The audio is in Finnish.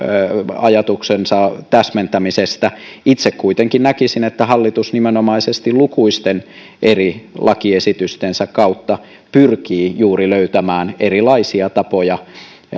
ajatuksensa täsmentämisestä itse kuitenkin näkisin että hallitus nimenomaisesti lukuisten eri lakiesitystensä kautta pyrkii juuri löytämään erilaisia tapoja